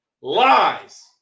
lies